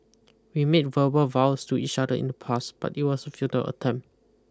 we made verbal vows to each other in the past but it was a futile attempt